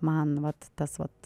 man vat tas vat